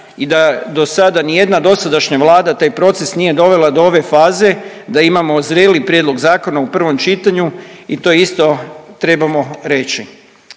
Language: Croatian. i da do sada ni jedna dosadašnja Vlada taj proces nije dovela do ove faze da imamo zreli prijedlog zakona u prvom čitanju i to isto trebamo reći.